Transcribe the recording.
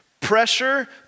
Pressure